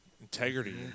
integrity